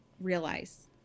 realize